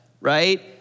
right